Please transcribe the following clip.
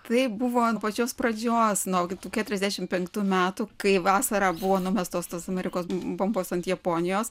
tai buvo ant pačios pradžios nuo tų keturiasdešimt penktų metų kai vasarą buvo numestos tos amerikos bombos ant japonijos